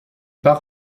par